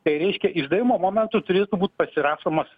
tai reiškia išdavimo momentu turėtų būt pasirašomas